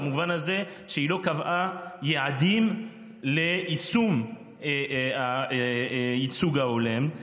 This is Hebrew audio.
במובן הזה שהיא לא קבעה יעדים ליישום הייצוג ההולם.